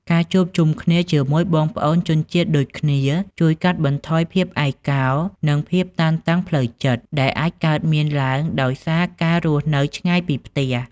ការជួបជុំគ្នាជាមួយបងប្អូនជនជាតិដូចគ្នា ជួយកាត់បន្ថយភាពឯកោ និងភាពតានតឹងផ្លូវចិត្ត ដែលអាចកើតមានឡើងដោយសារការរស់នៅឆ្ងាយពីផ្ទះ ។